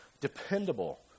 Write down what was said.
dependable